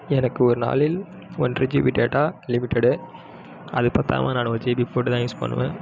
எனக்கு ஒரு நாளில் ஒன்ரை ஜிபி டேட்டா லிமிட்டடு அது பற்றாம நான் ஒரு ஜிபி போட்டு தான் யூஸ் பண்ணுவேன்